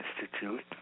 Institute